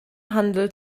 handel